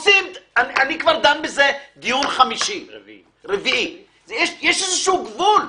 אני כבר דן בזה דיון רביעי, יש איזה גבול.